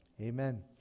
Amen